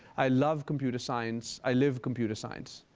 i love computer science. i live computer science.